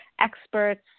experts